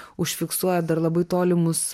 užfiksuoja dar labai tolimus